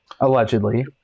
allegedly